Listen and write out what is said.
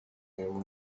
him